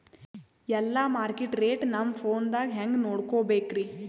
ಎಲ್ಲಾ market rate ನಮ್ ಫೋನದಾಗ ಹೆಂಗ ನೋಡಕೋಬೇಕ್ರಿ?